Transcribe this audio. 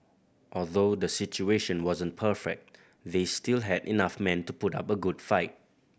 although the situation wasn't perfect they still had enough men to put up a good fight